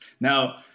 Now